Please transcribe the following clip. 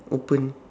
open